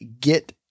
get